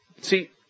See